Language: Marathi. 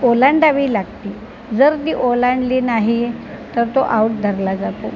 ओलांडावी लागती जर ती ओलांडली नाही तर तो आउट धरला जातो